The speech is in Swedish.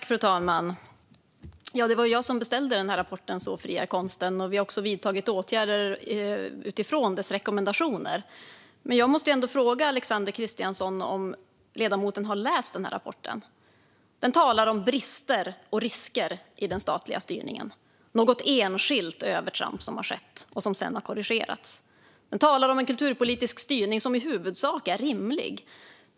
Fru talman! Det var jag som beställde rapporten Så fri är konsten . Vi har vidtagit åtgärder utifrån dess rekommendationer. Jag måste ändå fråga Alexander Christiansson om ledamoten har läst rapporten. Den talar om brister och risker i den statliga styrningen. Det har skett något enskilt övertramp som sedan har korrigerats. Den talar om en kulturpolitisk styrning som i huvudsak är rimlig.